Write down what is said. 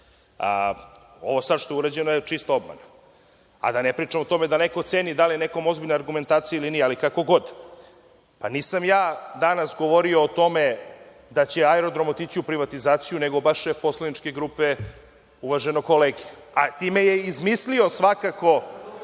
sad što je urađeno je čista obmana. A da ne pričam o tome da neko ceni da li je nekom ozbiljna argumentacija ili nije. Ali kako god, pa nisam ja danas govorio o tome da će aerodrom otići u privatizaciju nego vaš šef poslaničke grupe uvaženog kolege. Time je izmislio, svakako…Ja